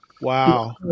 Wow